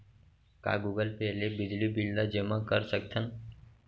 का Google Pay ले बिजली बिल ल जेमा कर सकथन?